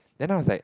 then I was like